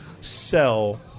sell